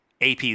AP